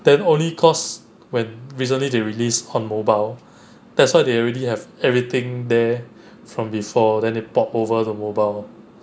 then only cause when recently they released on mobile that's what they already have everything there from before then they brought over the mobile